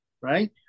right